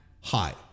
high